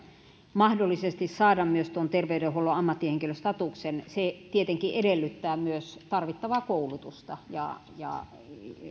mahdollisesti saada myös tuon terveydenhuollon ammattihenkilö statuksen se tietenkin edellyttää myös tarvittavaa koulutusta